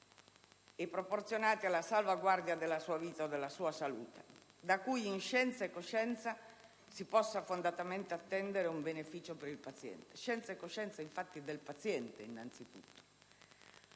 sproporzionati alla salvaguardia della sua vita o della sua salute, da cui, in scienza e coscienza, non si possa fondatamente attendere un beneficio per il paziente; scienza e coscienza, infatti, del paziente innanzi tutto